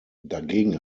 dagegen